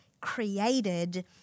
created